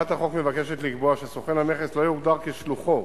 הצעת החוק מבקשת לקבוע שסוכן מכס לא יוגדר כשלוחו